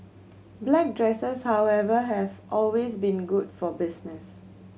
black dresses however have always been good for business